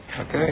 Okay